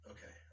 Okay